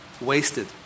wasted